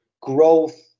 growth